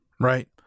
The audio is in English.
Right